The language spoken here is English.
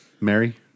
Mary